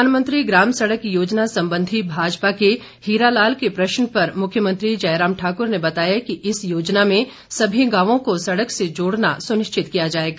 प्रधानमंत्री ग्राम सड़क योजना संबंधी भाजपा के हीरा लाल के प्रश्न पर मुख्यमंत्री जयराम ठाकुर ने बताया कि इस योजना में सभी गांवों को सड़क से जोड़ना सुनिश्चित किया जाएगा